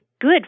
good